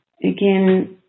again